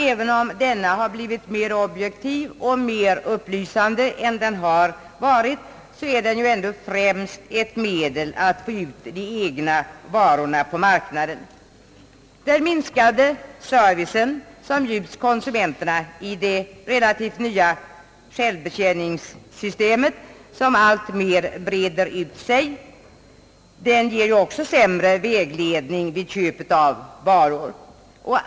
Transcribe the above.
Även om denna blivit mer objektiv och mer upplysande än den har varit, så är den ändå främst ett medel för säljaren att få ut de egna varorna på marknaden. Den minskade service som bjuds konsumenterna i det relativt nya självbetjäningssystemet, som breder ut sig alltmer, ger också sämre vägledning vid köp av varor.